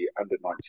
Under-19